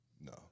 No